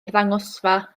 arddangosfa